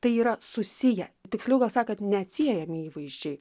tai yra susiję tiksliau gal sakat neatsiejami įvaizdžiai